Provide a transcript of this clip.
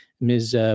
Ms